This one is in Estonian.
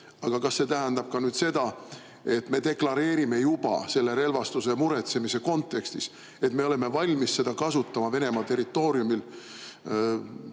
Aga kas see tähendab ka seda, et me deklareerime juba selle relvastuse muretsemise kontekstis, et me oleme valmis seda kasutama Venemaa territooriumil